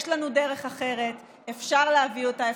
יש לנו דרך אחרת, אפשר להביא אותה.